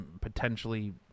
potentially